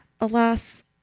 Alas